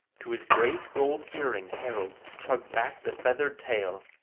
to his great gold ear-ring harold tugged back the feathered tail,